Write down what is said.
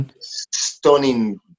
stunning